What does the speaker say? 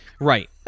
Right